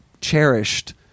cherished